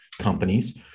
companies